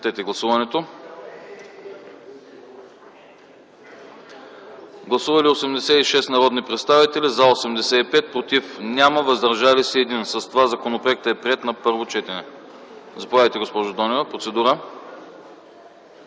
Гласували 86 народни представители: за 85, против няма, въздържал се 1. С това законопроектът е приет на първо четене. Заповядайте за процедура,